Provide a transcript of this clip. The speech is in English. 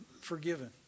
forgiven